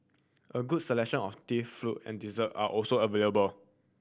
a good selection of tea fruit and dessert are also available